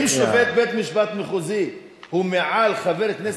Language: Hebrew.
אם שופט בית-משפט מחוזי הוא מעל חבר כנסת נבחר ציבור,